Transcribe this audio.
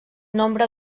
nombre